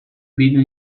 billion